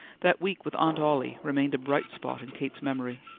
that week with aunt ollie remained a bright spot in kate's memory.